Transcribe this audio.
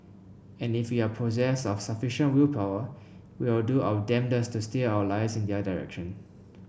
and if we are possessed of sufficient willpower we will do our damnedest to steer our lives in their direction